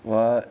what